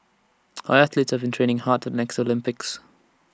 our athletes have been training hard to next Olympics